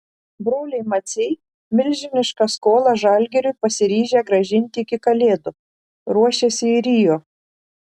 broliai maciai milžinišką skolą žalgiriui pasiryžę grąžinti iki kalėdų ruošiasi į rio